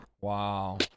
Wow